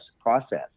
process